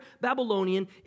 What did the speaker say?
Babylonian